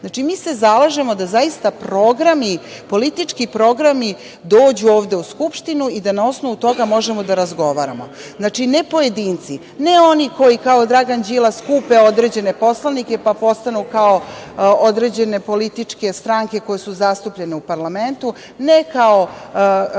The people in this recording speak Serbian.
njih. Znači, mi se zalažemo da zaista programi, politički programi dođu ovde u Skupštinu i da na osnovu toga možemo da razgovaramo. Znači, ne pojedinci, ne oni koji kao Dragan Đilas kupe određene poslanike pa postanu kao određene političke stranke koje su zastupljene u parlamentu, ne kao